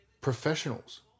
professionals